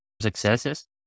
successes